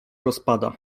rozpada